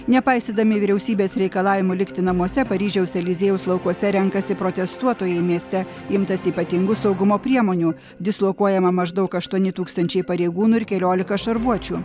nepaisydami vyriausybės reikalavimų likti namuose paryžiaus eliziejaus laukuose renkasi protestuotojai mieste imtasi ypatingų saugumo priemonių dislokuojama maždaug aštuoni tūkstančiai pareigūnų ir keliolika šarvuočių